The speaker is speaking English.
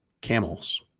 Camels